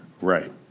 Right